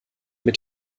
mit